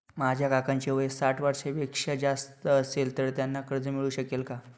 माझ्या काकांचे वय साठ वर्षांपेक्षा जास्त असेल तर त्यांना कर्ज मिळू शकेल का?